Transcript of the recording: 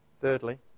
Thirdly